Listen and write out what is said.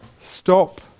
Stop